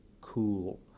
cool